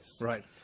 Right